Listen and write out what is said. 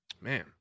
Man